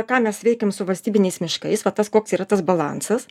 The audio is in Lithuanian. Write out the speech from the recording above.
ką mes veikiam su valstybiniais miškais va tas koks yra tas balansas